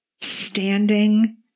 standing